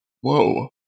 Whoa